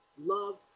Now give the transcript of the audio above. love